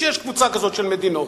נגיד שיש קבוצה כזאת של מדינות,